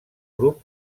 grup